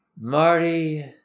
Marty